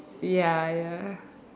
ya ya